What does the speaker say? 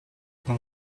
con